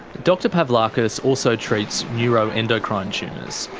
dr pavlakis also treats neuroendocrine tumours,